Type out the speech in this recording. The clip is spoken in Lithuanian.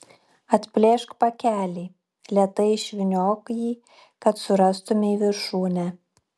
atplėšk pakelį lėtai išvyniok jį kad surastumei viršūnę